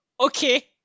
Okay